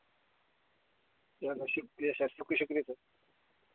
चलो शुक्रिया सर शुक्रिया शुक्रिया सर